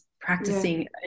practicing